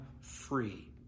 free